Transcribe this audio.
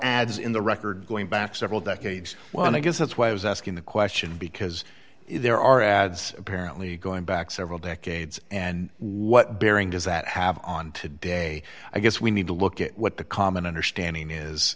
ads in the record going back several decades well i guess that's why i was asking the question because there are ads apparently going back several decades and what bearing does that have on today i guess we need to look at what the common understanding is